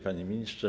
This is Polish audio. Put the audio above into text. Panie Ministrze!